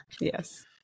Yes